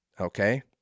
okay